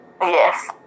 Yes